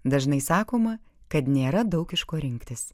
dažnai sakoma kad nėra daug iš ko rinktis